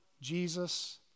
Jesus